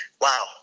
Wow